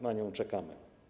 Na nią czekamy.